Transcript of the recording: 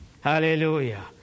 Hallelujah